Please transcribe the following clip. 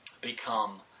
become